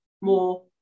more